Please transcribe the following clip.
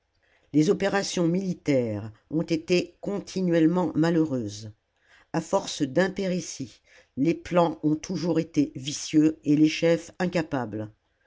les opérations militaires ont été continuellement malheureuses a force d'impéritie les plans ont toujours été vicieux et les chefs incapables